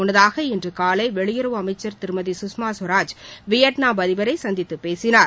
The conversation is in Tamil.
முன்னதாக இன்று காலை வெளியுறவு அமைச்சர் திருமதி சுஷ்மா ஸ்வராஜ் வியட்நாம் அதிபரை சந்தித்துப் பேசினார்